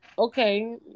Okay